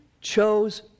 chose